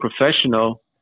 professional